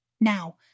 Now